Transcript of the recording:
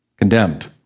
condemned